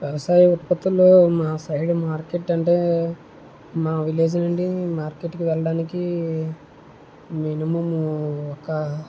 వ్యవసాయ ఉత్పత్తుల్లో మా సైడ్ మార్కెట్ అంటే మా విలేజ్ నుండి మార్కెట్ కి వెళ్ళడానికి మినిమమ్ ఒక